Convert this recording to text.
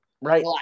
Right